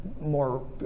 more